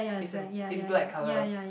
is in is black colour